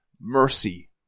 mercy